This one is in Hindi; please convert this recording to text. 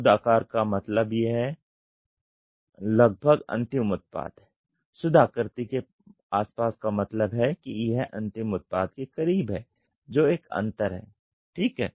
शुद्ध आकार का मतलब है यह लगभग अंतिम उत्पाद है शुद्ध आकृति के आस पास का मतलब है कि यह अंतिम उत्पाद के करीब है जो एक अंतर हैठीक हैं